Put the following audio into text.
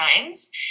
times